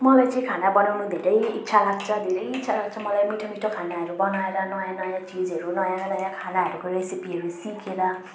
मलाई चाहिँ खाना बनाउनु धेरै इच्छा लाग्छ धेरै इच्छा लाग्छ मलाई मिठो मिठो खानाहरू बनाएर नयाँ नयाँ चिजहरू नयाँ नयाँ खानाहरूको रेसिपीहरू सिकेर